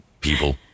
people